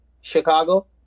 Chicago